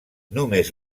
només